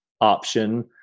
option